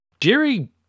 jerry